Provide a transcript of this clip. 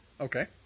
Okay